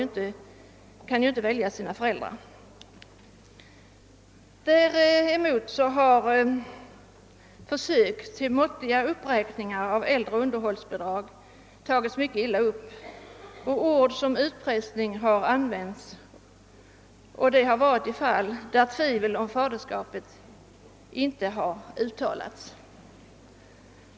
Det kan ju inte välja föräldrar. Däremot har försök till måttliga uppräkningar av äldre underhållsbidrag tagits mycket illa upp, och ord som utpressning har använts i fall där tvivel om faderskapet inte uttalats.